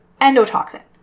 endotoxin